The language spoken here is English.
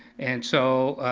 and so,